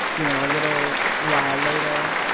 you know, a little while later,